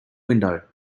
window